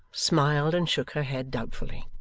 smiled, and shook her head doubtfully.